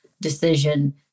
decision